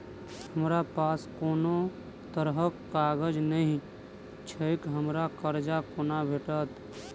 हमरा पास कोनो तरहक कागज नहि छैक हमरा कर्जा कोना भेटत?